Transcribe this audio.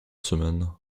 semaine